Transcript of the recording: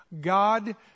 God